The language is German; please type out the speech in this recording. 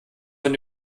von